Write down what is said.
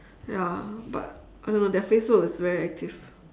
ya but I don't know their facebook is very active